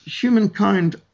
humankind